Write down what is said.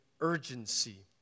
urgency